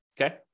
okay